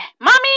Mommy